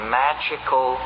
magical